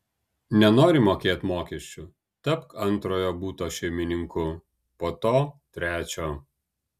nenori mokėt mokesčių tapk antrojo buto šeimininku po to trečio